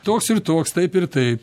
toks ir toks taip ir taip